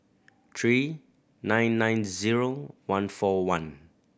three nine nine zero one four one